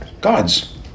Gods